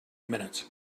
minutes